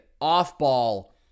off-ball